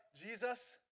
Jesus